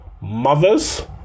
Mothers